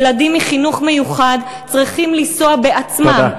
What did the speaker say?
ילדים מחינוך מיוחד צריכים לנסוע בעצמם, תודה.